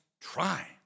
try